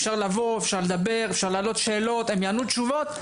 אפשר לדבר, אפשר להעלות שאלות, הם יענו תשובות.